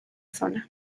zona